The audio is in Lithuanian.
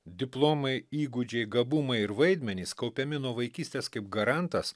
diplomai įgūdžiai gabumai ir vaidmenys kaupiami nuo vaikystės kaip garantas